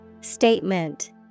Statement